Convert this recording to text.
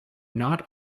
not